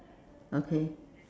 okay